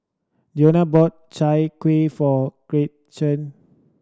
Dionne bought Chai Kueh for Gretchen